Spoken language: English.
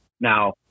Now